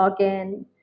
login